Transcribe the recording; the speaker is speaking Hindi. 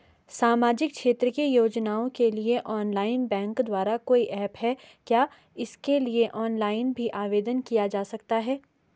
सामाजिक क्षेत्र की योजनाओं के लिए ऑनलाइन बैंक द्वारा कोई ऐप है क्या इसके लिए ऑनलाइन भी आवेदन किया जा सकता है?